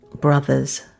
Brothers